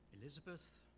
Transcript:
Elizabeth